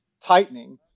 tightening